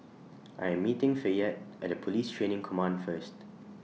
I Am meeting Fayette At Police Training Command First